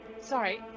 Sorry